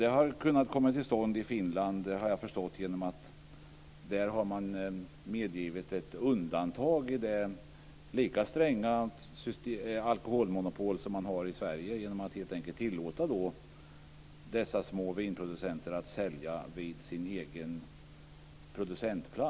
Detta har kunnat komma till stånd i Finland, har jag förstått, genom att man där har medgivit ett undantag i det lika stränga alkoholmonopol som vi har i Sverige och helt enkelt tillåter dessa små vinproducenter att sälja vid sin egen producentplats.